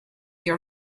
your